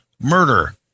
murder